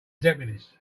deputies